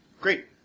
Great